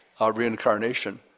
reincarnation